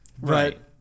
Right